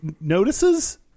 notices